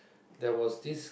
there was this